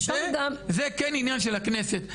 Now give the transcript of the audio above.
זה כן עניין של הכנסת,